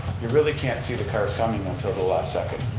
you really can't see the cars coming until the last second.